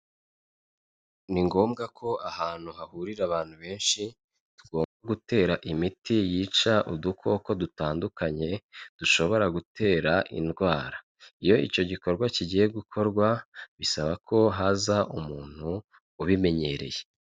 Ni ngombwa ko ahantu hahurira abantu benshi tugomba gutera imiti yica udukoko dutandukanye dushobora gutera indwara, iyo icyo gikorwa kigiye gukorwa bisaba ko haza umuntu ubimenyereye.